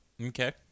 Okay